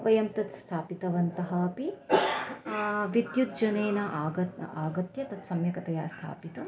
वयं तत् स्थापितवन्तः अपि विद्युज्जनेन आगत्य आगत्य तत् सम्यकतया स्थापितं